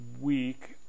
week